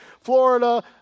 Florida